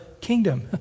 kingdom